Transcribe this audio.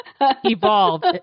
evolved